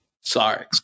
Sorry